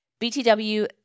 BTW